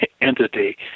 entity